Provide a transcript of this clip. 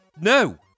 No